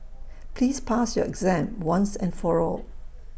please pass your exam once and for all